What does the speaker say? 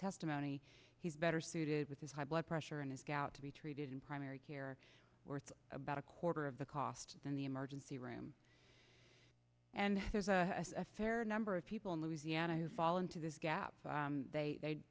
testimony he's better suited with his high blood pressure and has got to be treated in primary care about a quarter of the cost than the emergency room and there's a fair number of people in louisiana who fall into this gap they